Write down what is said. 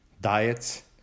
diets